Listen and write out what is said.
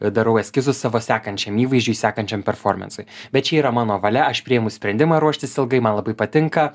darau eskizus savo sekančiam įvaizdžiui sekančiam performansui bet čia yra mano valia aš priimu sprendimą ruoštis ilgai man labai patinka